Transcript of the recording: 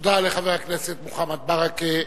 תודה לחבר הכנסת מוחמד ברכה.